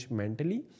mentally